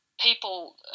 people